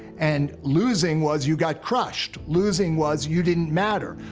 and losing was you got crushed. losing was you didn't matter.